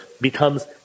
becomes